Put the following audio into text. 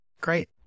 Great